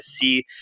see